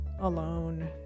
alone